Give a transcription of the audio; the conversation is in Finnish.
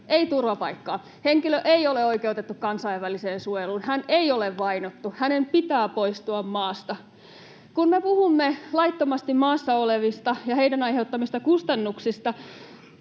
Ei turvapaikkaa. Henkilö ei ole oikeutettu kansainväliseen suojeluun, hän ei ole vainottu, hänen pitää poistua maasta. Kun me puhumme laittomasti maassa olevista ja heidän aiheuttamistaan kustannuksista,